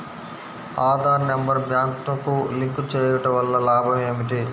Aadhaar number బ్యాంక్నకు link చేయుటవల్ల లాభం ఏమిటి?